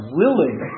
willing